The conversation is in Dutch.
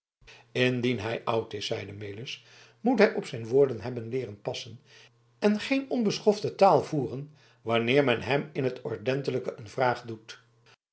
indien hij oud is zeide melis moest hij op zijn woorden hebben leeren passen en geen onbeschofte taal voeren wanneer men hem in t ordentelijke een vraag doet